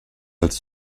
als